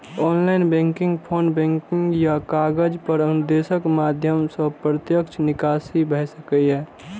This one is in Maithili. ऑनलाइन बैंकिंग, फोन बैंकिंग या कागज पर अनुदेशक माध्यम सं प्रत्यक्ष निकासी भए सकैए